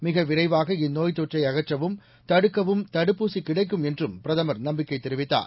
மிக விரைவாக இந்நோய்த் தொற்றை அகற்றவும் தடுக்கவும் தடுப்பூசி கிடைக்கும் என்றும் பிரதமர் நம்பிக்கை தெரிவித்தார்